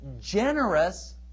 generous